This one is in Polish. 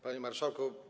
Panie Marszałku!